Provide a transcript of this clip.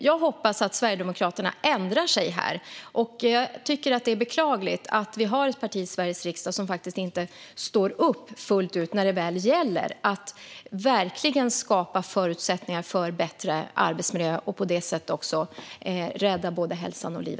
Jag hoppas att Sverigedemokraterna ändrar sig när det gäller detta, för det är beklagligt att vi har ett parti i Sveriges riksdag som när det väl gäller inte fullt ut står upp för att skapa förutsättningar för en bättre arbetsmiljö och på det sättet också rädda människors hälsa och liv.